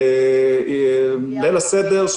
ליל הסדר,